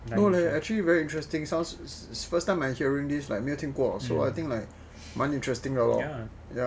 no lah actually very interesting sounds is the first time I hearing this like 没有听过 so I think like 蛮 interesting 的 lor ya like